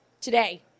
today